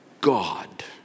God